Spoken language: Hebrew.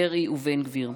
דרעי ובן גביר.